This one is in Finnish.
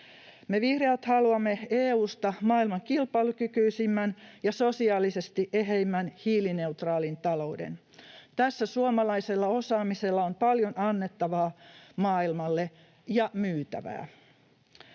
Me vihreät haluamme EU:sta maailman kilpailukykyisimmän ja sosiaalisesti eheimmän hiilineutraalin talouden. Tässä suomalaisella osaamisella on paljon annettavaa maailmalle ja myytävää.